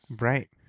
Right